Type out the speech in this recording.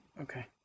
Okay